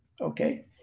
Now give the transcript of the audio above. okay